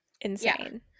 insane